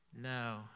No